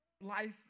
Life